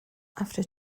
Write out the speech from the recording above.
after